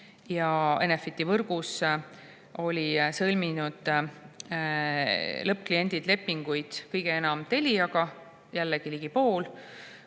Enefiti võrgus olid sõlminud lõppkliendid lepinguid kõige enam Teliaga, jällegi ligi pooled,